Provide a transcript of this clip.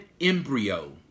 embryo